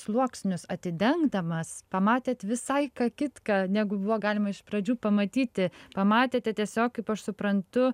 sluoksnius atidengdamas pamatėt visai ką kitką negu buvo galima iš pradžių pamatyti pamatėte tiesiog kaip aš suprantu